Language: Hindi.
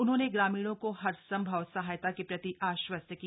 उन्होंने ग्रामीणों को हर सम्भव सहायता के प्रति आश्वस्त किया